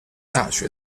大学